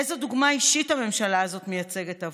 איזו דוגמה אישית הממשלה הזאת מייצגת עבורם?